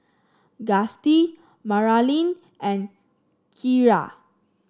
Gustie Maralyn and Kiarra